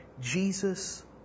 Jesus